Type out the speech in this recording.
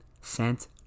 sent